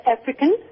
African